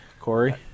Corey